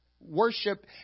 Worship